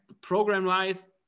program-wise